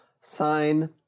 sign